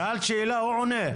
שאלת שאלה והוא עונה.